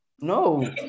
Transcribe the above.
no